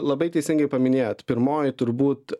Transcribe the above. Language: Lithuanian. labai teisingai paminėjot pirmoji turbūt